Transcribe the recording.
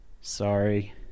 Sorry